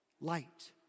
light